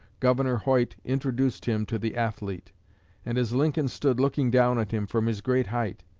governor hoyt introduced him to the athlete and as lincoln stood looking down at him from his great height,